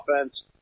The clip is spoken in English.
offense